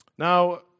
Now